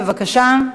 בבקשה.